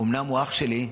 אמנם הוא אח שלי,